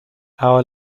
our